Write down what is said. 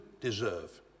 deserve